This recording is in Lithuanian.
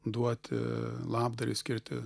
duoti labdarai skirti